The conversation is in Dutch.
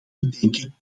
bedenken